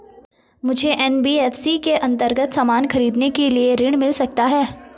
मुझे एन.बी.एफ.सी के अन्तर्गत सामान खरीदने के लिए ऋण मिल सकता है?